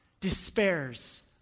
despairs